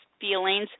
feelings